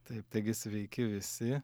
taip taigi sveiki visi